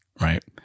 right